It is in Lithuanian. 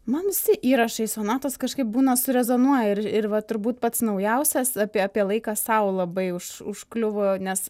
man visi įrašai sonatos kažkaip būna surezonuoja ir ir va turbūt pats naujausias apie apie laiką sau labai už užkliuvo nes